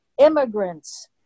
immigrants